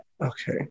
Okay